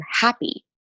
happy